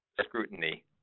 scrutiny